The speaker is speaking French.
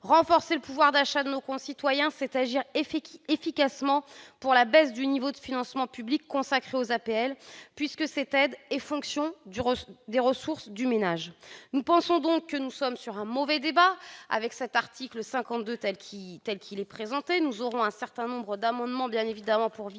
Renforcer le pouvoir d'achat de nos concitoyens, c'est agir efficacement pour la baisse du niveau de financement public consacré aux APL, puisque cette aide est fonction des ressources du ménage. Nous pensons donc que nous nous engageons dans un mauvais débat avec cet article 52 tel qu'il est rédigé. Nous avons déposé un certain nombre d'amendements pour limiter